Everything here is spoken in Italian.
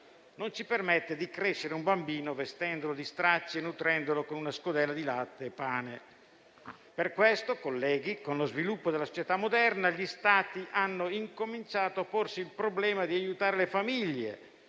non ci permette di crescere un bambino vestendolo di stracci e nutrendolo con una scodella di latte e pane. Per questo, colleghi, con lo sviluppo della società moderna gli Stati hanno incominciato a porsi il problema di aiutare le famiglie